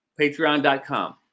Patreon.com